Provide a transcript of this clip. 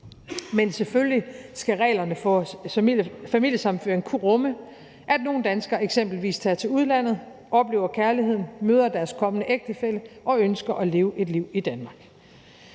men selvfølgelig skal reglerne for familiesammenføring kunne rumme, at nogle danskere eksempelvis tager til udlandet, oplever kærligheden, møder deres kommende ægtefælle og ønsker at leve et liv i Danmark.